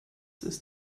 ist